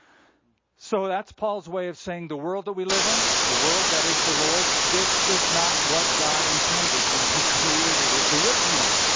so that's paul's way of saying the world that we live in, the world that is the lord's, this is not what god intended when he created it originally.